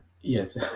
Yes